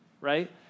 right